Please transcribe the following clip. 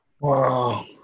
Wow